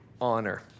honor